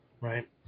right